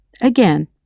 Again